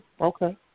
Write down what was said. Okay